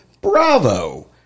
bravo